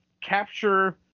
capture